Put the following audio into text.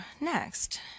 next